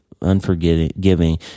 unforgiving